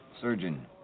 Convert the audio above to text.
Surgeon